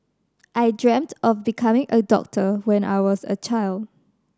I dreamt of becoming a doctor when I was a child